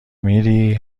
میری